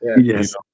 Yes